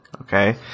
okay